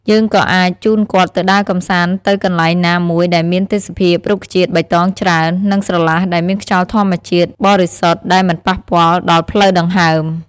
យើងក៏អាចជូនគាត់ទៅដើរកម្សាន្តទៅកន្លែណាមួយដែលមានទេសភាពរុក្ខជាតិបៃតងច្រើន និងស្រឡះដែលមានខ្យល់ធម្មជាតិបរិសុទ្ធដែលមិនប៉ះពាល់ដល់ផ្លូវដង្ហើម។